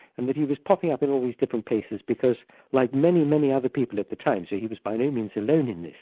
and that he was popping up in all these different places because like many, many other people at the time, so he was by no means alone in this,